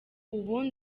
ubundi